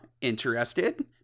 Interested